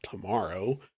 tomorrow